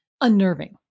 unnerving